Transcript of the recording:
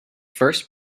first